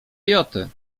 joty